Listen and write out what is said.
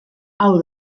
hau